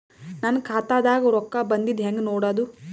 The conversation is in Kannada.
ನನ್ನ ಖಾತಾದಾಗ ರೊಕ್ಕ ಬಂದಿದ್ದ ಹೆಂಗ್ ನೋಡದು?